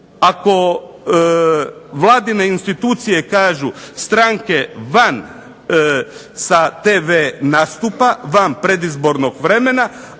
Ako Vladine institucije kažu stranke van sa TV nastupa, van predizbornog vremena,